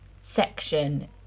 section